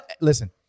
listen